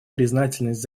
признательность